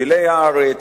לשבילי הארץ,